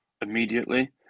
immediately